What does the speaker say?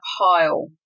pile